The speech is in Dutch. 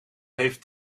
heeft